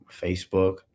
Facebook